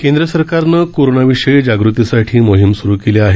केंद्र सरकारनं कोरोनाविषयी जागृतीसाठी मोहीम सुरु केली आहे